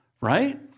Right